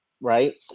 right